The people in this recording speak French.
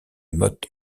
motte